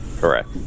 Correct